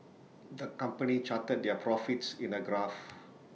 the company charted their profits in A graph